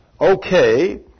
okay